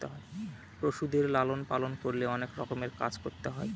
পশুদের লালন পালন করলে অনেক রকমের কাজ করতে হয়